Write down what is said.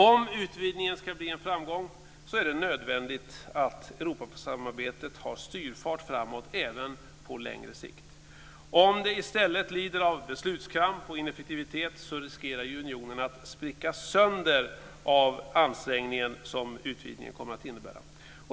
Om utvidgningen ska bli en framgång är det nödvändigt att Europasamarbetet har styrfart framåt även på längre sikt. Om den i stället lider av beslutskramp och ineffektivitet, riskerar unionen att spricka sönder av den ansträngning som utvidgningen kommer att innebära.